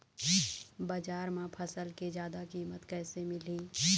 बजार म फसल के जादा कीमत कैसे मिलही?